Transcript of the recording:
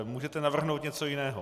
Můžete navrhnout něco jiného.